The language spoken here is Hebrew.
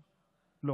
השנייה.